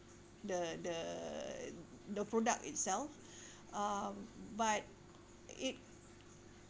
the the the product itself um but it